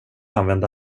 använda